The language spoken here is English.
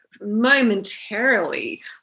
Momentarily